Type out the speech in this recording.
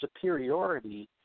superiority